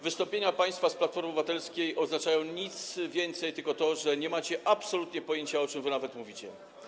Wystąpienia państwa z Platformy Obywatelskiej oznaczają nic więcej, jak tylko to, że nie macie absolutnie pojęcia, o czym wy nawet mówicie.